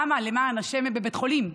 למה למען השם הם בבית חולים?